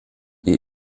ihr